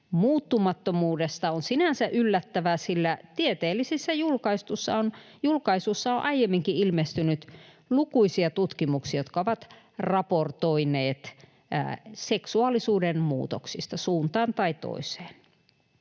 muuttumattomuudesta on sinänsä yllättävä, sillä tieteellisissä julkaisuissa on aiemminkin ilmestynyt lukuisia tutkimuksia, jotka ovat raportoineet seksuaalisuuden muutoksista suuntaan tai toiseen.